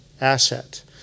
asset